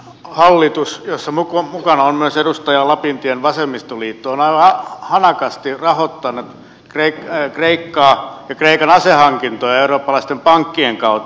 hallitus jossa mukana on myös edustaja lapintien vasemmistoliitto on hanakasti rahoittanut kreikkaa ja kreikan asehankintoja eurooppalaisten pankkien kautta